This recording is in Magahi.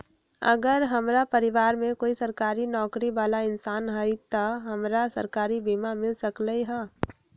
अगर हमरा परिवार में कोई सरकारी नौकरी बाला इंसान हई त हमरा सरकारी बीमा मिल सकलई ह?